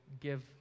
give